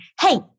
hey